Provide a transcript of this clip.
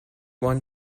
one